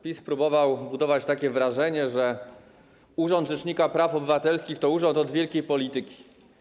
PiS próbował budować takie wrażenie, że urząd rzecznika praw obywatelskich to urząd od wielkiej polityki.